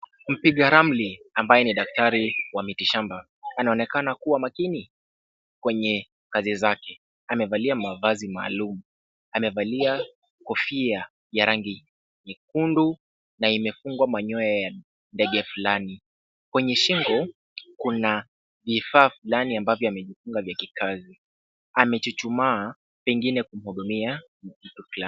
Mpiga ramli ambaye ni daktari wa mitishamba, anaonekana kuwa makini. Kwenye kazi zake. Amevalia mavazi maalum. Amevalia kofia ya rangi nyekundu na imefungwa manyoya ya ndege fulani. Kwenye shingo, kuna vifaa fulani ambavyo amejifunga vya kikazi. Amchuchumaa pengine kwa hudumia mtoto fulani.